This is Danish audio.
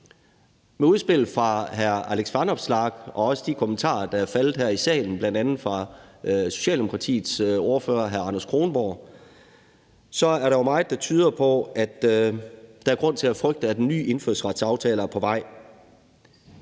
Med udspillet fra hr. Alex Vanopslagh og også de kommentarer, der er faldet her i salen, bl.a. fra Socialdemokratiets ordfører, hr. Anders Kronborg, er der jo meget, der tyder på, at der er grund til at frygte, at en ny indfødsretsaftale er på vej.